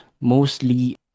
mostly